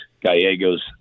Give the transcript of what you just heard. Gallegos